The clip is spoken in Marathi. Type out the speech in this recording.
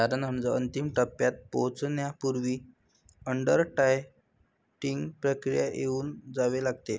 तारण अर्ज अंतिम टप्प्यात पोहोचण्यापूर्वी अंडररायटिंग प्रक्रियेतून जावे लागते